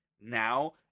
now